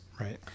right